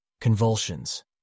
Convulsions